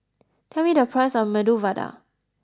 tell me the price of Medu Vada